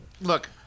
look